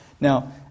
Now